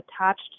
attached